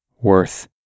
worth